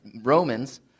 Romans